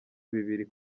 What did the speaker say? bibiri